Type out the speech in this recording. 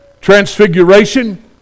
transfiguration